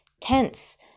tense